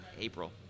April